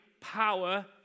power